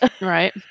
right